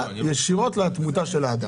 משפיע ישירות על התמותה של האדם?